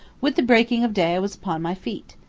with the breaking of day i was upon my feet.